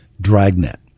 dragnet